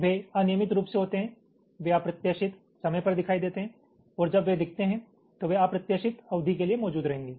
वे अनियमित रूप से होते हैं वे अप्रत्याशित समय पर दिखाई देते हैं और जब वे दिखते हैं तो वे अप्रत्याशित अवधि के लिए मौजूद रहेंगे